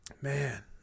man